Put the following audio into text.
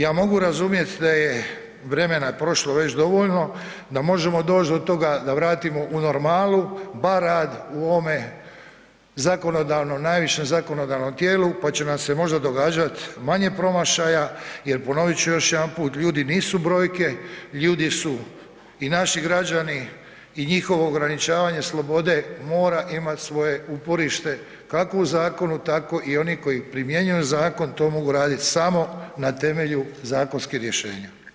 Ja mogu razumjet da je, vremena je prošlo već dovoljno da možemo doć do toga da vratimo u normalu bar rad u ovome zakonodavnom, najvišem zakonodavnom tijelu, pa će nam se možda događat manje promašaja jer ponovit ću još jedanput, ljudi nisu brojke, ljudi su i naši građani i njihovo ograničavanje slobode mora imat svoje uporište kako u zakonu tako i oni koji primjenjuju zakon to mogu radit samo na temelju zakonskih rješenja.